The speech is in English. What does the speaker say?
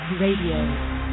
Radio